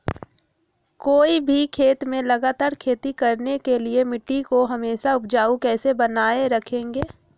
कोई भी खेत में लगातार खेती करने के लिए मिट्टी को हमेसा उपजाऊ कैसे बनाय रखेंगे?